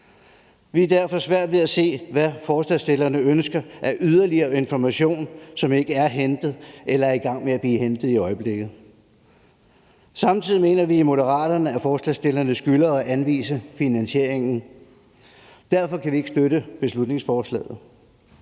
Vi har derfor svært ved at se, hvad forslagsstillerne ønsker af yderligere information, som ikke er hentet eller er i gang med at blive behandlet i øjeblikket. Samtidig mener vi i Moderaterne, at forslagsstillerne skylder at anvise finansiering. Derfor kan vi ikke støtte beslutningsforslaget.